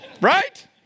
Right